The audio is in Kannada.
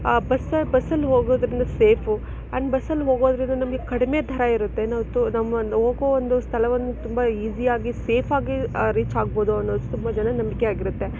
ಬಸ್ ಬಸ್ಸಲ್ಲಿ ಹೋಗೋದ್ರಿಂದ ಸೇಫು ಆ್ಯಂಡ್ ಬಸ್ಸಲ್ಲಿ ಹೋಗೋದ್ರಿಂದ ನಮಗೆ ಕಡಿಮೆ ದರ ಇರುತ್ತೆ ನಾವು ತೋ ನಮ್ಮನ್ನು ಹೋಗೋ ಒಂದು ಸ್ಥಳವನ್ನು ತುಂಬ ಈಸಿ ಆಗಿ ಸೇಫ್ ಆಗಿ ರೀಚ್ ಆಗ್ಬೋದು ಅನ್ನೋದು ತುಂಬ ಜನದ ನಂಬಿಕೆ ಆಗಿರುತ್ತೆ